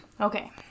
Okay